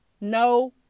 no